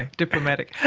ah diplomatic.